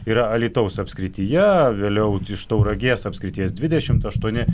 yra alytaus apskrityje vėliau iš tauragės apskrities dvidešimt aštuoni